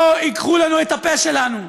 לא ייקחו לנו את הפה שלנו.